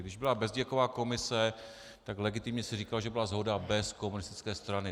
Když byla Bezděkova komise, tak legitimně se říkalo, že byla shoda bez komunistické strany.